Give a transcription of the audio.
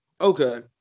Okay